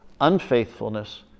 Unfaithfulness